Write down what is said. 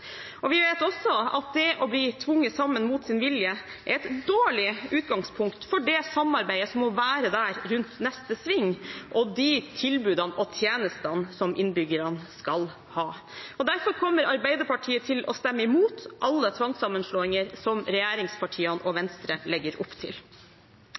best. Vi vet også at det å bli tvunget sammen mot sin vilje er et dårlig utgangspunkt for det samarbeidet som må være der rundt neste sving, og de tilbudene og tjenestene som innbyggerne skal ha. Derfor kommer Arbeiderpartiet til å stemme imot alle tvangssammenslåinger som regjeringspartiene og